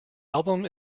album